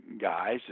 guys